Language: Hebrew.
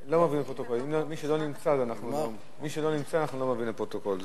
מי שלא נמצא, לא מעבירים לפרוטוקול.